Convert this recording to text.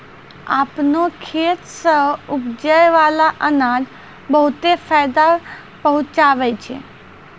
आपनो खेत सें उपजै बाला अनाज बहुते फायदा पहुँचावै छै